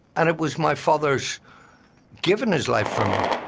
and it was my father's giving his life for me